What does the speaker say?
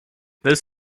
this